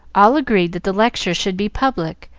all agreed that the lecture should be public,